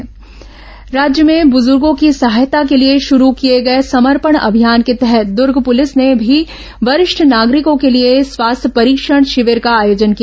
सर्मपण अभियान दर्ग राज्य में बुजुर्गों की सहायता के लिए शुरू किए गए समर्पण अभियान के तहत दूर्ग पुलिस ने भी वरिष्ठ नागरिकों के लिए स्वास्थ्य परीक्षण शिविर का आयोजन किया